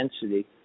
density